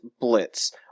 Blitz